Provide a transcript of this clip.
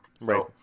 Right